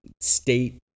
state